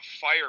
fire